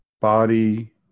body